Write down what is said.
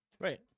Right